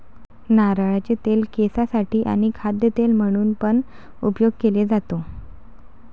नारळाचे तेल केसांसाठी आणी खाद्य तेल म्हणून पण उपयोग केले जातो